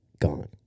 gone